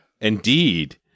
Indeed